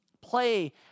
Play